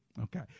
Okay